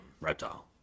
Reptile